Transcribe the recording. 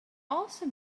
also